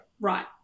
right